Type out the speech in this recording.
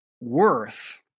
worth